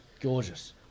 Gorgeous